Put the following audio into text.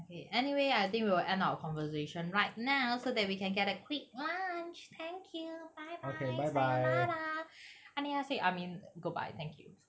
okay anyway I think we will end our conversation right now so that we can get a quick lunch thank you bye bye sayonara annyeonghaseyo I mean goodbye thank you